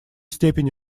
степени